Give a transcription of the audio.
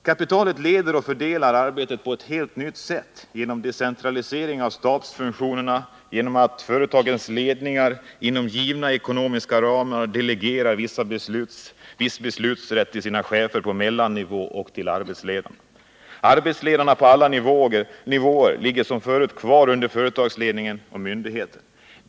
Kapitalet leder och fördelar arbetet på ett nytt sätt genom decentralisering av stabsfunktionerna, genom att företagens ledningar inom givna ekonomiska ramar delegerar viss beslutanderätt till sina chefer på mellannivå och till arbetsledarna. Arbetsledarna på alla nivåer ligger som förut kvar under företagsledningen och myndigheten.